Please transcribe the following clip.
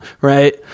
right